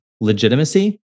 legitimacy